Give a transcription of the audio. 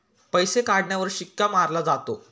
पैसे काढण्यावर शिक्का मारला जातो